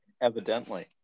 evidently